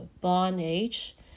bondage